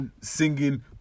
singing